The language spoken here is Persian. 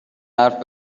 حرف